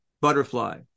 butterfly